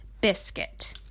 biscuit